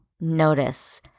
notice